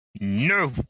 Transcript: No